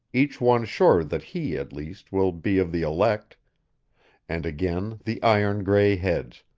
each one sure that he, at least, will be of the elect and again the iron-gray heads,